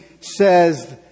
says